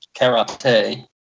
karate